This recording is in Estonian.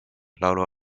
laulu